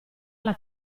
alla